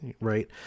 Right